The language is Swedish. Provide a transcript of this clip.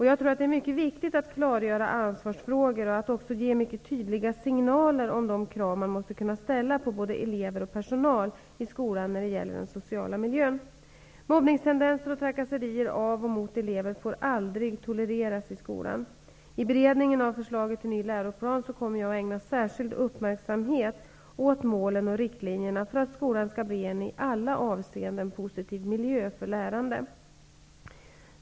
Jag tror att det är mycket viktigt att klargöra ansvarsfrågor och också att ge mycket tydliga signaler om de krav man måste kunna ställa på både elever och personal i skolan när det gäller den sociala miljön. Mobbningstendenser och trakasserier av och mot elever får aldrig tolereras i skolan. I beredningen av förslaget till ny läroplan kommer jag att ägna särskild uppmärksamhet åt målen och riktlinjerna för att skolan skall bli en i alla avseenden positiv miljö för lärande.